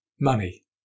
Money